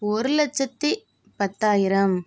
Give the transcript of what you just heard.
ஒரு லட்சத்து பத்தாயிரம்